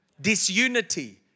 disunity